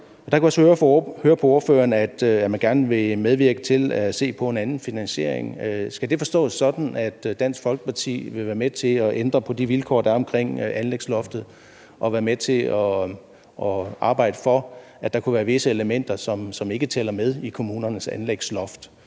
Der kunne jeg så høre på ordføreren, at man gerne vil medvirke til at se på en anden finansiering. Skal det forstås sådan, at Dansk Folkeparti vil være med til at ændre på de vilkår, der er omkring anlægsloftet, og vil være med til at arbejde for, at der kunne være visse elementer, som ikke tæller med i kommunernes anlægsloft,